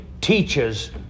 teaches